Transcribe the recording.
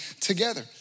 together